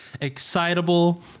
excitable